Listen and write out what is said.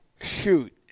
shoot